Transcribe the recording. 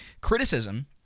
criticism